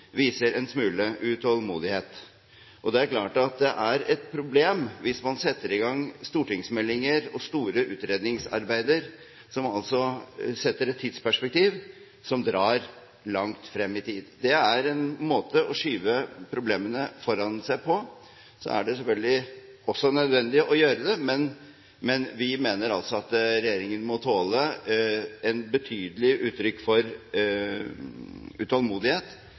viser en smule utålmodighet. Det er klart at det er et problem hvis man setter i gang stortingsmeldinger og store utredningsarbeider med et tidsperspektiv som drar langt frem i tid. Det er en måte å skyve problemene foran seg på. Så er det selvfølgelig også nødvendig å gjøre det. Men vi mener altså at regjeringen må tåle et betydelig uttrykk for utålmodighet